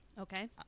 Okay